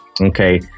okay